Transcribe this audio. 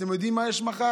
אתם יודעים מה יש מחר?